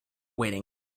weighting